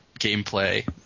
gameplay